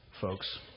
folks